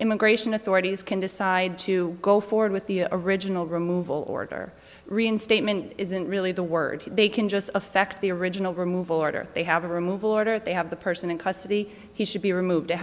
immigration authorities can decide to go forward with the original removal order reinstatement isn't really the word they can just effect the original removal order they have a removal order they have the person in custody he should be removed it